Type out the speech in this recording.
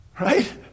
Right